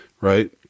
right